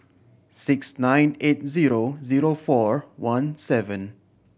six nine eight zero zero four one seven